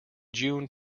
june